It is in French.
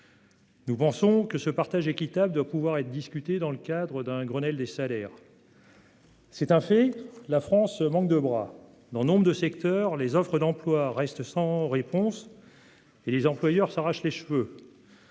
équitable de cette richesse doit pouvoir faire l'objet de discussions dans le cadre d'un Grenelle des salaires. C'est un fait : la France manque de bras. Dans nombre de secteurs, les offres d'emploi restent sans réponse et les employeurs s'arrachent les cheveux.